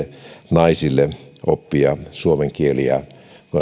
naisille oppia suomen kieli ja